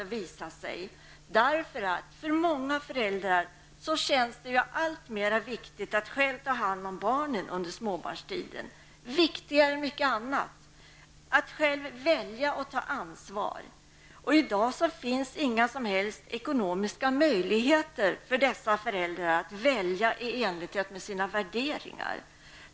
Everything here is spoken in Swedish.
För många föräldrar känns det nämligen alltmer viktigt, viktigare än mycket annat, att själva ta hand om barnen under den tiden som de är små, att själva välja och ta ansvar. I dag finns det inga som helst ekonomiska möjligheter för dessa föräldrar att välja i enlighet med sina värderingar.